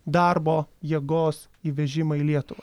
darbo jėgos įvežimą į lietuvą